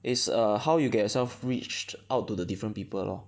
is err how you get yourself reached out to the different people lor